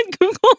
Google